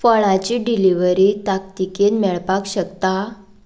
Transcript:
फळांची डिलिव्हरी तांकतिकेन मेळपाक शकता